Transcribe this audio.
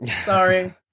Sorry